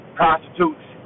prostitutes